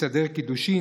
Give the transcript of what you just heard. מסדר קידושין,